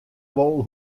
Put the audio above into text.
wol